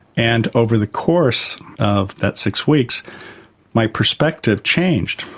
and over the course of that six weeks my perspective changed.